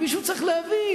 מישהו צריך להבין.